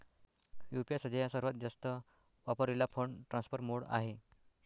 UPI सध्या सर्वात जास्त वापरलेला फंड ट्रान्सफर मोड आहे